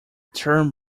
term